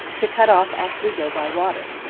to cut off oswego by water,